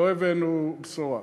לא הבאנו בשורה.